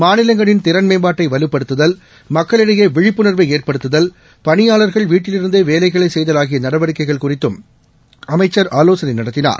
மாநிலங்களின் திறன் மேம்பாட்டை வலுப்படுத்துதல் மக்களிடையே விழிப்புணர்வை ஏற்படுத்துதல் பணியாளர்கள் வீட்டிலிருந்தே வேலைகளை செய்தல் ஆகிய நடவடிக்கைகள் குறித்தும் அமைச்சர் ஆலோசனை நடத்தினார்